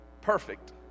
perfect